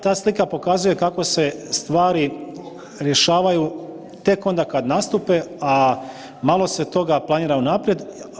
Ta slika pokazuje kako se stvari rješavaju tek onda kad nastupe, a malo se toga planira unaprijed.